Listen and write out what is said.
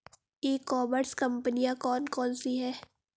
ई commerce कंपनियाँ कौन कौन सी हैं?